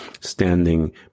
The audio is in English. standing